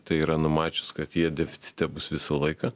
tai yra numačius kad jie deficite bus visą laiką